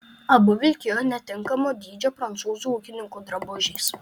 abu vilkėjo netinkamo dydžio prancūzų ūkininkų drabužiais